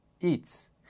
eats